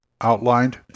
outlined